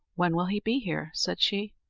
when will he be here? said she.